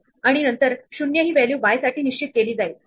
आता आपण उदाहरणार्थ म्हणून दुसरा स्क्वेअर घेऊया